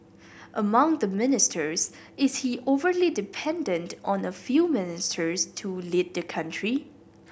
among the ministers is he overly dependent on a few ministers to lead the country